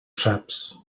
saps